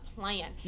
plan